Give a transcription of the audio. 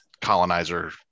colonizer